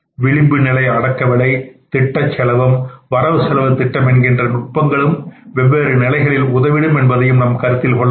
விளிம்புநிலை அடக்கவிலை திட்டச் செலவம் வரவு செலவு திட்டம் என்கின்ற நுட்பங்களும் வெவ்வேறு நிலைகளில் உதவிடும் என்பதையும் கருத்தில் கொள்ள வேண்டும்